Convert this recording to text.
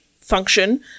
Function